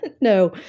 No